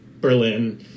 Berlin